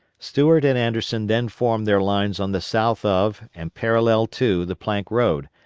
stuart and anderson then formed their lines on the south of and parallel to the plank road,